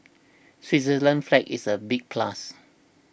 Switzerland's flag is a big plus